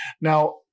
Now